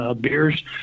beers